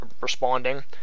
responding